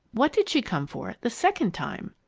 what did she come for the second time?